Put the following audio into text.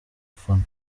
fanny